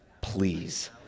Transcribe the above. Please